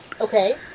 Okay